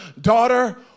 daughter